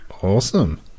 awesome